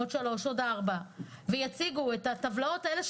שלוש או ארבע שנים ויציגו את הטבלאות האלה,